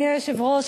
אדוני היושב-ראש,